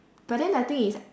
but then the thing is